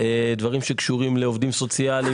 דברים שקשורים לעובדים סוציאליים,